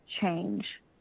change